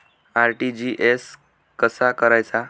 RTGS कसा करायचा?